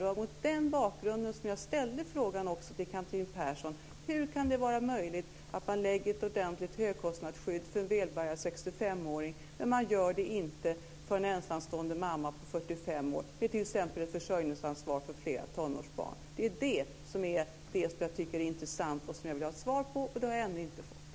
Det var mot den bakgrunden som jag ställde frågan till Catherine Persson: Hur kan det vara möjligt att man lägger fram förslag om ett ordentligt högkostnadsskydd för en välbärgad 65-åring men inte för en ensamstående mamma på 45 år med t.ex. ett försörjningsansvar för flera tonårsbarn? Det är den fråga som jag tycker är intressant och som jag vill ha svar på. Det har jag ännu inte fått.